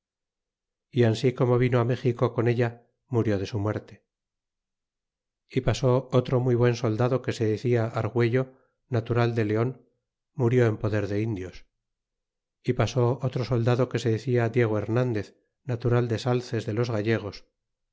y ansi como vino á méxico con ella murió de su muerte e pasó otro muy buen soldado que se decia arguello natural de leon murió en poder de indios e pasó otro soldado que se decia diego hernandez natural de salces de los gallegos